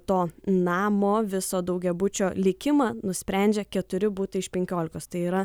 to namo viso daugiabučio likimą nusprendžia keturi butai iš penkiolikos tai yra